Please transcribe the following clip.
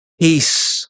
Peace